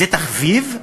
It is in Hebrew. זה תחביב?